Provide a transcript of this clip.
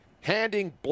handing